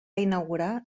inaugurar